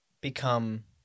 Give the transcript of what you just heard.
become